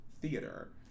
theater